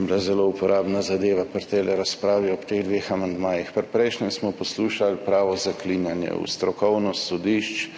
bila zelo uporabna zadeva pri tej razpravi ob teh dveh amandmajih. Pri prejšnjem smo poslušali pravo zaklinjanje v strokovnost sodišč,